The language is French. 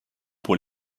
pour